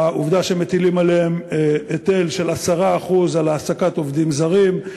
בעובדה שמטילים עליהם היטל של 10% על העסקת עובדים זרים,